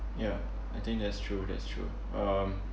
ya I think that's true that's true um